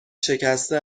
شکسته